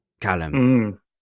Callum